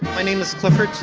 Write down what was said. my name is clifford,